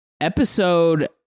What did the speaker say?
episode